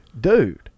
Dude